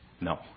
No